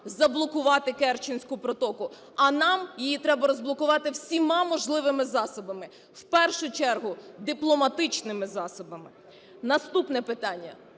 заблокувати Керченську протоку, а нам її треба розблокувати всіма можливими засобами, в першу чергу дипломатичними засобами. Наступне питання.